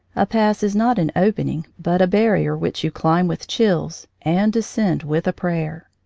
a pass is not an open ing, but a barrier which you climb with chills and descend with prayer.